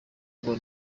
ngo